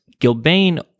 Gilbane